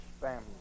family